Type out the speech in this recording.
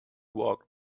walked